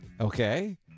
Okay